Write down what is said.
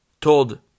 told